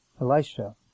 Elisha